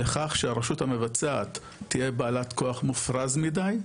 לכך שהרשות המבצעת תהיה בעלת כוח מופרז מידי,